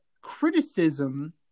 criticism